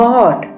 God